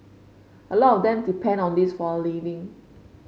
a lot of them depend on this for a living